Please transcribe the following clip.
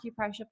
acupressure